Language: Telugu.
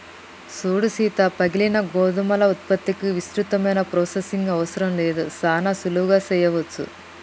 సూడు సీత పగిలిన గోధుమల ఉత్పత్తికి విస్తృతమైన ప్రొసెసింగ్ అవసరం లేదు సానా సులువుగా సెయ్యవచ్చు